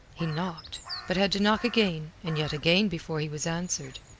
he knocked, but had to knock again and yet again before he was answered.